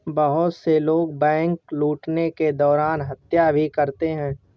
बहुत से लोग बैंक लूटने के दौरान हत्या भी करते हैं